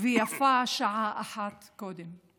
ויפה שעה אחת קודם.